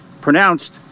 Pronounced